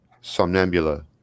Somnambula